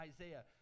Isaiah